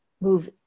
move